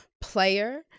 player